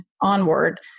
onward